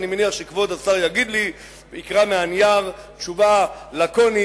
אני מניח שכבוד השר יגיד לי ויקרא מהנייר תשובה לקונית